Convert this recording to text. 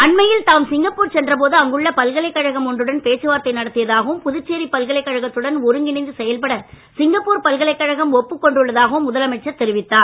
அண்மையில் தாம் சிங்கப்பூர் சென்ற போது அங்குள்ள பல்கலைக்கழகம் ஒன்றுடன் பேச்சுவார்த்தை நடத்தியதாகவும் புதுச்சேரி பல்கலைக்கழகத்துடன் ஒருங்கிணைந்து செயல்பட சிங்கப்பூர் பல்கலைக்கழகம் ஒப்புக் கொண்டுள்ளதாகவும் முதலமைச்சர் தெரிவித்தார்